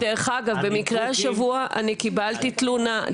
דרך אגב במקרה השבוע אני קיבלתי תלונה,